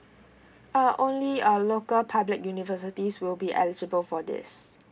uh only uh local public universities will be eligible for this